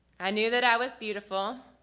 i knew that i was beautiful,